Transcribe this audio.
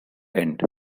end